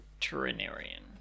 veterinarian